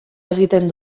egiten